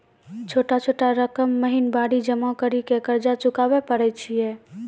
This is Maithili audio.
छोटा छोटा रकम महीनवारी जमा करि के कर्जा चुकाबै परए छियै?